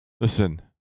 Listen